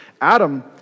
Adam